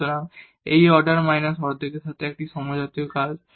সুতরাং এটি order minus অর্ধেকের একটি সমজাতীয় কাজ